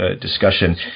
discussion